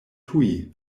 tuj